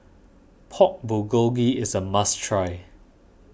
Pork Bulgogi is a must try